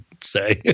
Say